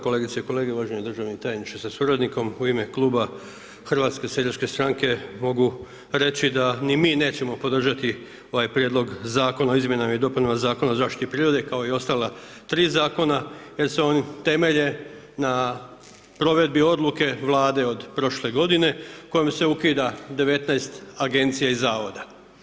Kolegice i kolege, uvaženi državni tajniče sa suradnikom, u ime kluba HSS-a mogu reći da ni mi nećemo podržati ovaj prijedlog Zakona o izmjenama i dopunama Zakona o zaštiti prirode, kao i ostala tri Zakona jer se oni temelje na provedbi odluke Vlade od prošle godine kojom se ukida 19 Agencija i Zavoda.